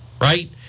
right